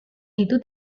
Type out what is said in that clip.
itu